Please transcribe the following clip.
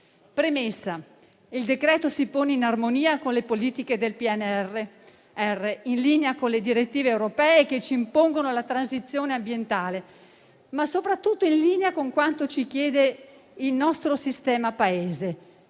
niente. Il decreto-legge si pone in armonia con le politiche del PNRR, in linea con le direttive europee che ci impongono la transizione ambientale, ma soprattutto in linea con quanto ci chiede il nostro sistema Paese.